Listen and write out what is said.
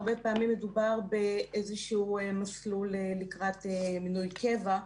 הרבה פעמים מדובר באיזשהו מסלול לקראת מינוי קבע,